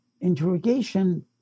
interrogation